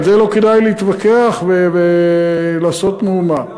על זה לא כדאי להתווכח ולעשות מהומה.